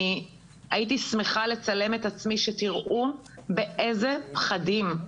אני הייתי שמחה לצלם את עצמי שתראו באיזה פחדים אני,